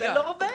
זה לא עובד.